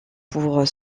pour